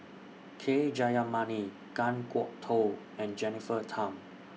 K Jayamani Kan Kwok Toh and Jennifer Tham